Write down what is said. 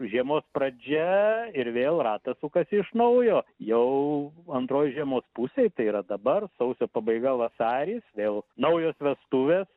žiemos pradžia ir vėl ratas sukasi iš naujo jau antroj žiemos pusėj tai yra dabar sausio pabaiga vasaris vėl naujos vestuvės